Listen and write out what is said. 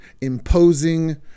imposing